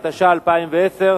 קריאה שנייה וקריאה שלישית.